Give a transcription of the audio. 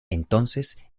entonces